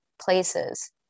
places